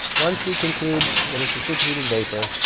once we conclude that it's a super-heated vapor,